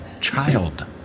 child